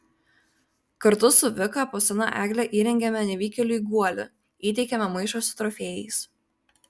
kartu su vika po sena egle įrengiame nevykėliui guolį įteikiame maišą su trofėjais